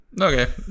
okay